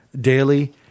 daily